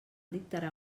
dictarà